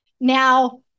Now